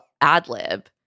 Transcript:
ad-lib